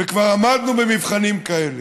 וכבר עמדנו במבחנים כאלה,